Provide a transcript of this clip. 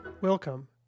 Welcome